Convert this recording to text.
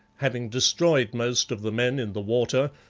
having destroyed most of the men in the water,